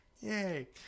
Yay